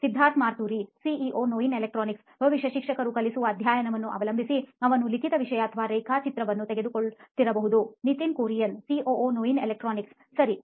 Siddharth Maturi CEO Noin electronics ಬಹುಶಃ ಶಿಕ್ಷಕರು ಕಲಿಸುವ ಅಧ್ಯಾಯವನ್ನು ಅವಲಂಬಿಸಿ ಅವನು ಲಿಖಿತ ವಿಷಯ ಅಥವಾ ರೇಖಾಚಿತ್ರವನ್ನು ತೆಗೆದುಕೊಳ್ಳುತ್ತಿರಬಹುದು Nitin Kurian COO Noin electronics ಸರಿ